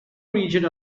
region